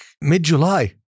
mid-July